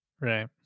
right